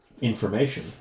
information